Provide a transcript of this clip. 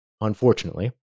unfortunately